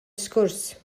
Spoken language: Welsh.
sgwrs